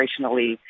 operationally